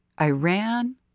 Iran